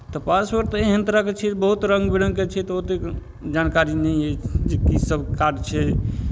तऽ पासवर्ड तऽ एहन तरहके छियै बहुत रङ्ग बिरङ्गके छियै तऽ ओतेक जानकारी नहि अछि जे कीसभ कार्ड छै